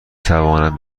توانم